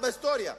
עם אחד בהיסטוריה,